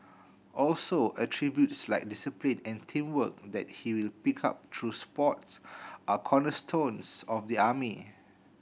also attributes like discipline and teamwork that he will pick up through sport are cornerstones of the army